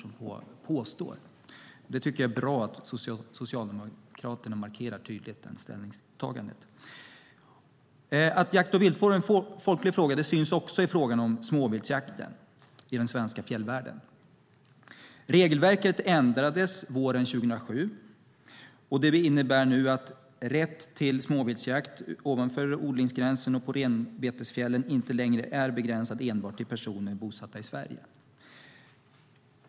Jag tycker att det är bra att Socialdemokraterna markerar det ställningstagandet tydligt. Att jakt och viltvård är en folklig fråga syns också i frågan om småviltsjakten i den svenska fjällvärlden. Regelverket ändrades våren 2007 och innebär nu att rätt till småviltsjakt ovanför odlingsgränsen och på renbetesfjällen inte längre är begränsad till personer bosatta i Sverige.